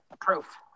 proof